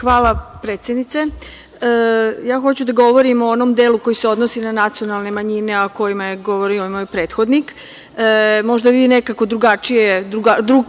Hvala, predsednice. Ja hoću da govorim o onom delu koji se odnosi na nacionalne manjine, a o kojima je govorio moj prethodnik. Možda vi nekako drugačije,